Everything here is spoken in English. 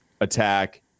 attack